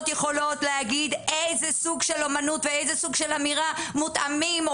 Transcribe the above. יכולות להגיד איזה סוג של אמנות ואיזה סוג של אמירה מותאמים,